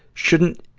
shouldn't,